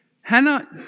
Hannah